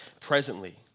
presently